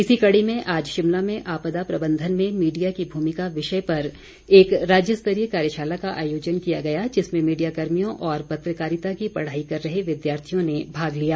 इसी कड़ी में आज शिमला में आपदा प्रबंधन में मीडिया की भूमिका विषय पर एक राज्य स्तरीय कार्यशाला का आयोजन किया गया जिसमें मीडियाकर्मियों और पत्रकारिता की पढ़ाई कर रहे विद्यार्थियों ने भाग लिया